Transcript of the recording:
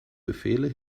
befehle